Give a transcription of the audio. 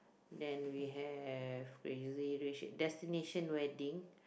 then we have crazy rich destination wedding